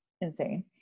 insane